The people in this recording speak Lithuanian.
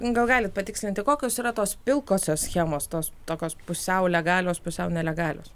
gal galit patikslinti kokios yra tos pilkosios schemos tos tokios pusiau legalios pusiau nelegalios